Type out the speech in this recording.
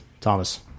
thomas